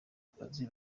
akazi